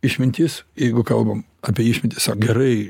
išmintis jeigu kalbam apie išmintį gerai